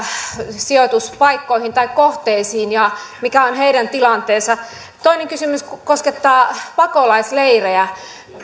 sijoituspaikkoihin tai kohteisiin ja mikä on heidän tilanteensa toinen kysymys koskettaa pakolaisleirejä